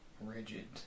rigid